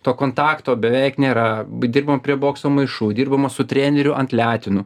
to kontakto beveik nėra dirbama prie bokso maišų dirbama su treneriu ant letenų